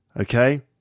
okay